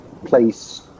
place